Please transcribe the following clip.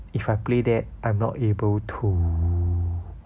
if I play that I'm not able to